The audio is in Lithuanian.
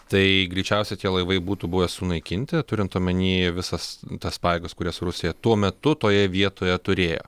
tai greičiausiai tie laivai būtų buvę sunaikinti turint omenyje visas tas pajėgas kurias rusija tuo metu toje vietoje turėjo